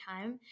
time